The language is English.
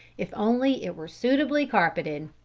if only it were suitably carpeted.